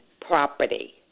property